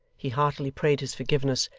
he heartily prayed his forgiveness,